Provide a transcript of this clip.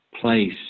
Place